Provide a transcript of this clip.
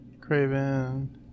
Craven